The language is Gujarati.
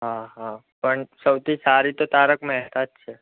હા હા પણ સૌથી સારી તો તારક મહેતા જ છે